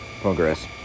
progress